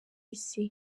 isi